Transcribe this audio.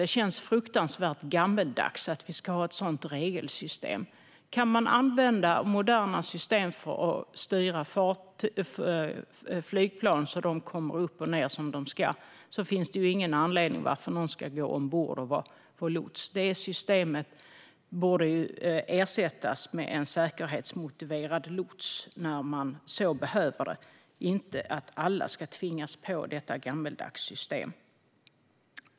Det känns fruktansvärt gammaldags att vi har ett sådant regelsystem. Kan man använda moderna system för att styra flygplan så att de kommer upp och ned som de ska finns det ingen anledning till att någon ska gå ombord på båtar för att vara lots. Detta system borde ersättas med en säkerhetsmotiverad lots när så behövs. Alla ska inte behöva tvingas på detta gammaldags system.